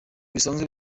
bisanzwe